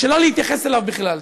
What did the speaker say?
שלא להתייחס אליו בכלל.